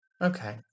Okay